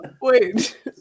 Wait